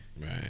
Right